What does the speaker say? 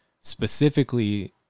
specifically